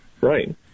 Right